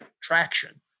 traction